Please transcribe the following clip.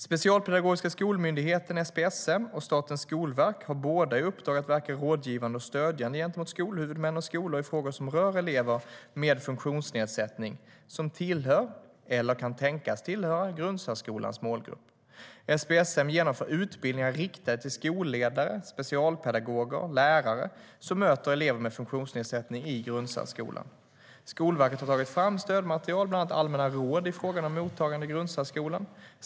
Specialpedagogiska skolmyndigheten - SPSM - och Statens skolverk har båda i uppdrag att verka rådgivande och stödjande gentemot skolhuvudmän och skolor i frågor som rör elever med funktionsnedsättning som tillhör eller kan tänkas tillhöra grundsärskolans målgrupp. SPSM genomför utbildningar riktade till skolledare, specialpedagoger och lärare som möter elever med funktionsnedsättning i grundsärskolan. Skolverket har tagit fram stödmaterial, bland annat allmänna råd i fråga om mottagande i grundsärskolan.